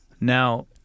Now